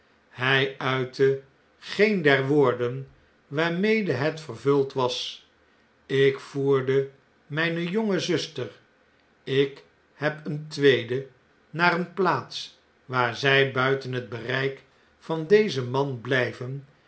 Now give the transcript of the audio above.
hy uitte geen der woorden waarmede het vervuld was ik voerde mn'ne jonge zuster ik heb eene tweede naar eene plaats waar zij buiten het bereik van dezen man blijven